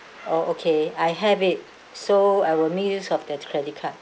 oh okay I have it so I will make use of the credit card